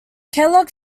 kellogg